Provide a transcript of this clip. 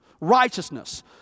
righteousness